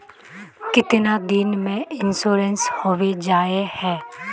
कीतना दिन में इंश्योरेंस होबे जाए है?